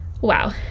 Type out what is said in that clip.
Wow